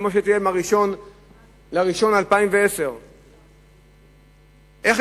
או 5 קוב כמו שיהיה מ-1 בינואר 2010. איך